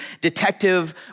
detective